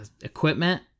equipment